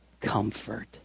comfort